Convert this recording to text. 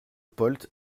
polt